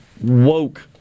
woke